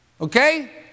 Okay